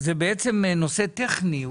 זה בעצם נושא טכני.